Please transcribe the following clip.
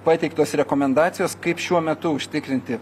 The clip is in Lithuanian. pateiktos rekomendacijos kaip šiuo metu užtikrinti